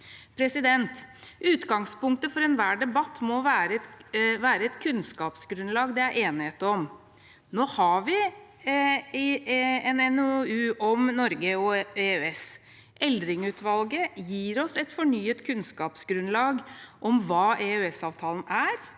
er utenfor. Utgangspunktet for enhver debatt må være et kunnskapsgrunnlag det er enighet om. Nå har vi en NOU om Norge og EØS. Eldring-utvalget gir oss et fornyet kunnskapsgrunnlag om hva EØS-avtalen er,